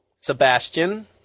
Sebastian